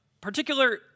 particular